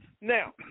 Now